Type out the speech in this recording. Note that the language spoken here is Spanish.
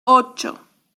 ocho